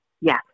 yes